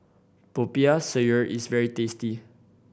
Popiah Sayur is very tasty